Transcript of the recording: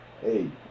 Hey